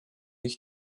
ich